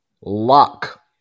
lock